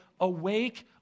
awake